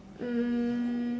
um